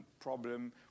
problem